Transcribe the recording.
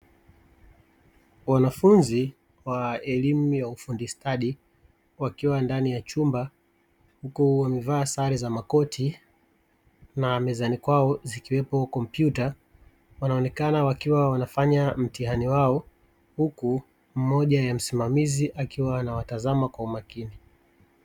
Wanafunzi wa elimu ya ufundi stadi wakiwa ndani ya chumba huku wamevaa sare za makoti na mezani kwao zikiwepo kompyuta, wanaonekana wakiwa wanafanya mtihani wao huku mmoja ya msimamizi akiwa anawatazama kwa makini.